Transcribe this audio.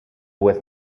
with